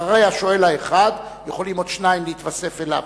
אחרי השואל האחד יכולים עוד שניים להתווסף אליו.